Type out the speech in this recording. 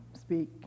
speak